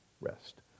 rest